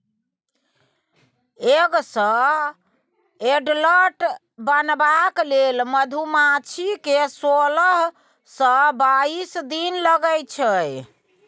egg सँ adult बनबाक लेल मधुमाछी केँ सोलह सँ बाइस दिन लगै छै